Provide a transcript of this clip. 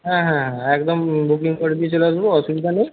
হ্যাঁ হ্যাঁ একদম বুকিং করে দিয়ে চলে আসব অসুবিধা নেই